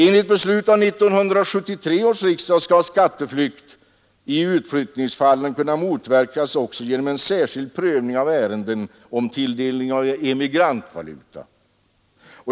Enligt beslut av 1973 års riksdag skall skatteflykt i utflyttningsfallen kunna motverkas även genom särskild prövning av ärenden om tilldelning av emigrantvaluta.